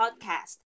podcast